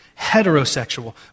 heterosexual